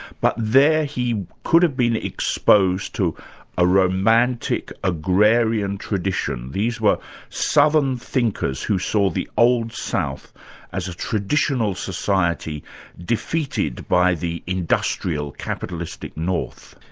but there he could have been exposed to a romantic, agrarian tradition. these were southern thinkers who saw the old south as a traditional society defeated by the industrial capitalistic north.